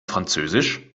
französisch